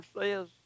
says